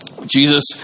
Jesus